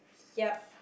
yup